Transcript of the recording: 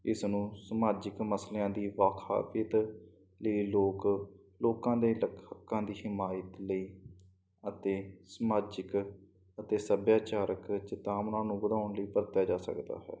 ਇਹ ਸਾਨੂੰ ਸਮਾਜਿਕ ਮਸਲਿਆਂ ਦੀ ਵਾਖਵੀਅਤ ਲਈ ਲੋਕ ਲੋਕਾਂ ਦੇ ਲ ਹੱਕਾਂ ਦੀ ਹਿਮਾਇਤ ਲਈ ਅਤੇ ਸਮਾਜਿਕ ਅਤੇ ਸੱਭਿਆਚਾਰਕ ਚਿਤਾਮਨਾ ਨੂੰ ਵਧਾਉਣ ਲਈ ਵਰਤਿਆ ਜਾ ਸਕਦਾ ਹੈ